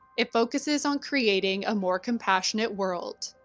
it focuses on creating a more compassionate world.